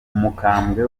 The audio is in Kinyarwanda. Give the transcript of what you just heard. umukambwe